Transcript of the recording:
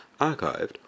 archived